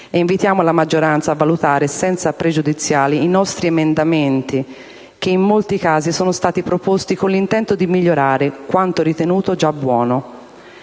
Invitiamo la maggioranza a valutare senza pregiudizi i nostri emendamenti, che in molti casi sono stati proposti con l'intento di migliorare quanto ritenuto già buono.